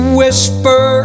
whisper